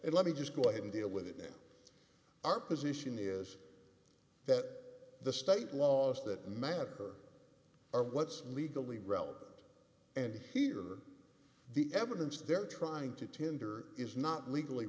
and let me just go ahead and deal with it in our position is that the state laws that matter are what's legally relevant and here the evidence they're trying to tender is not legally